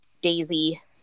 Daisy